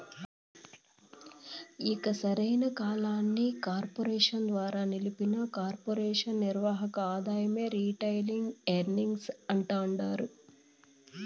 ఇక సరైన కాలానికి కార్పెరేషన్ ద్వారా నిలిపిన కొర్పెరేషన్ నిర్వక ఆదాయమే రిటైల్ ఎర్నింగ్స్ అంటాండారు